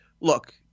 look